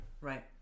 Right